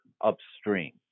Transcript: upstream